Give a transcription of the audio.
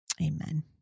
amen